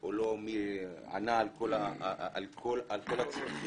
או לא ענה על כל הצרכים.